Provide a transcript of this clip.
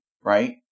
right